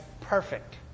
perfect